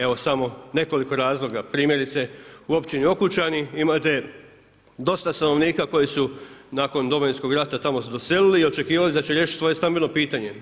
Evo samo nekoliko razloga, primjerice u Općini Okučani imate dosta stanovnika koji su nakon Domovinskog rata tamo se doselili i očekivali da će riješiti svoje stambeno pitanje.